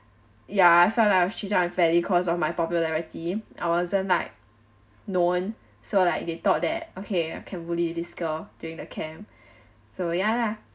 ya I felt I was treated unfairly cause of my popularity I wasn't like known so like they thought that okay can bully this girl during the camp so ya lah